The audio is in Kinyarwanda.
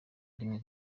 rimwe